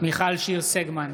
מיכל שיר סגמן,